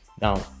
Now